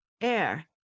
Air